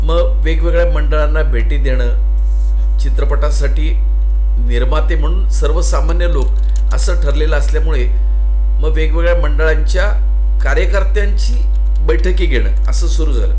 मग वेगवेगळ्या मंडळांना भेटी देणं चित्रपटासाठी निर्माते म्हणून सर्वसामान्य लोक असं ठरलेलं असल्यामुळे मग वेगवेगळ्या मंडळांच्या कार्यकर्त्यांची बैठकी घेणं असं सुरू झालं